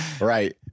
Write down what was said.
right